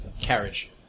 carriage